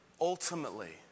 ultimately